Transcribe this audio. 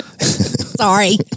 Sorry